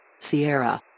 Sierra